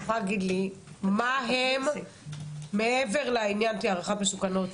את יכולה להגיד לי מה הם מעבר לעניין של הערכת מסוכנות,